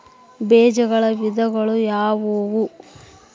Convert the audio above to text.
ಬೇಜಗಳ ವಿಧಗಳು ಯಾವುವು?